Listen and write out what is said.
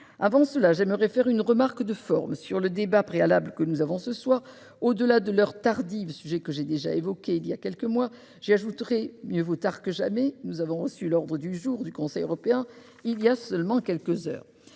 Avant cela, j'aimerais formuler une remarque de forme sur le débat préalable que nous avons ce soir. Au-delà de l'heure tardive, un sujet que j'ai déjà évoqué il y a quelques mois, j'y ajouterai :« Mieux vaut tard que jamais ». Nous avons en effet reçu l'ordre du jour du Conseil européen il y a seulement quelques heures ...